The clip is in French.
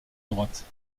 droite